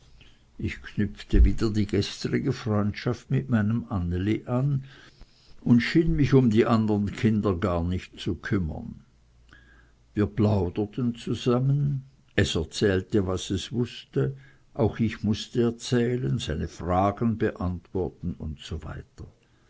ich knüpfte wieder die gestrige freundschaft mit meinem anneli an und schien um die andern kinder mich gar nicht zu kümmern wir plauderten zusammen es erzählte was es wußte auch ich mußte erzählen seine fragen beantworten usw